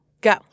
go